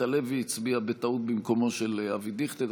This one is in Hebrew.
הלוי הצביע בטעות במקומו של אבי דיכטר,